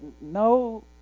no